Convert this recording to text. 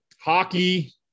hockey